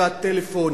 והטלפון,